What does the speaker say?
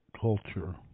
culture